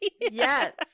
yes